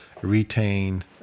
retain